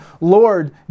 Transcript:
Lord